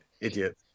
idiot